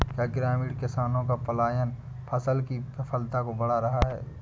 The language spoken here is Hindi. क्या ग्रामीण किसानों का पलायन फसल की विफलता को बढ़ा रहा है?